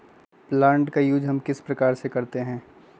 Plant का use हम किस प्रकार से करते हैं?